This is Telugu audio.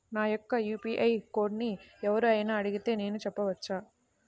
నా యొక్క యూ.పీ.ఐ కోడ్ని ఎవరు అయినా అడిగితే నేను చెప్పవచ్చా?